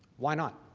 why not?